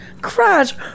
Crash